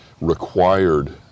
required